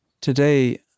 Today